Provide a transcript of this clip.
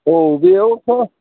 औ बेयावथ'